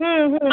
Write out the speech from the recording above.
হুম হুম